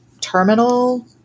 terminal